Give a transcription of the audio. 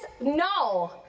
no